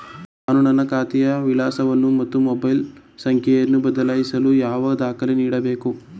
ನಾನು ನನ್ನ ಖಾತೆಯ ವಿಳಾಸವನ್ನು ಮತ್ತು ಮೊಬೈಲ್ ಸಂಖ್ಯೆಯನ್ನು ಬದಲಾಯಿಸಲು ಯಾವ ದಾಖಲೆ ನೀಡಬೇಕು?